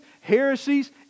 heresies